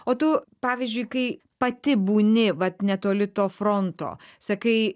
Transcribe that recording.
o tu pavyzdžiui kai pati būni vat netoli to fronto sakai